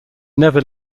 never